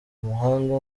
umuhanda